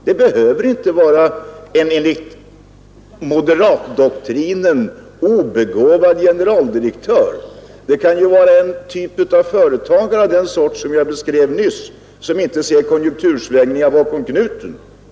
Det behöver inte vara en enligt moderatdoktrinen obegåvad generaldirektör som gör misstag, utan det kan ju vara en företagare av den typ som jag beskrev nyss, dvs. en sådan som inte ser konjunktursvängningar bakom knuten.